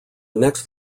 next